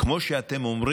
אבל חבריא, כמו שאתם אומרים